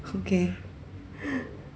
okay